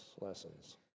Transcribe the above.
lessons